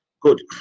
good